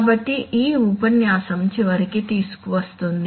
కాబట్టి ఇది ఈ ఉపన్యాసం చివరికి తీసుకువస్తుంది